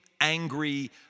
angry